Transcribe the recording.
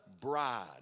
bride